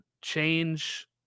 change